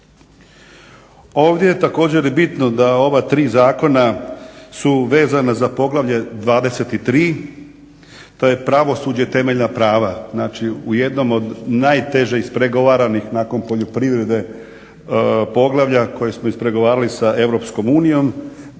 Ovdje je također bitno da ova 3 zakona su vezana za poglavlje 23, to je pravosuđe, temeljna prava, znači u jednom od najteže ispregovaranih nakon poljoprivrede, poglavlja koja smo ispregovarali sa EU. I ovi